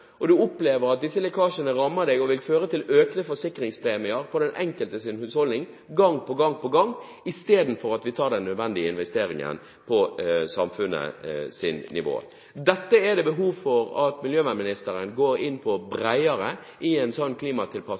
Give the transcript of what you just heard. og man opplever at disse lekkasjene rammer en og vil føre til økte forsikringspremier for den enkeltes husholdning gang på gang på gang, istedenfor at vi tar den nødvendige investeringen på samfunnsnivå. Dette er det behov for at miljøvernministeren går inn på bredere i en sånn